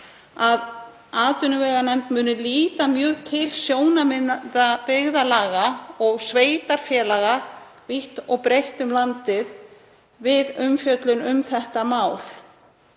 að atvinnuveganefnd líti mjög til sjónarmiða byggðarlaga og sveitarfélaga vítt og breitt um landið við umfjöllun um þetta mál.